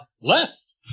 less